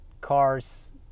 cars